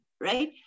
right